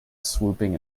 swooping